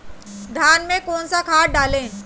धान में कौन सा खाद डालें?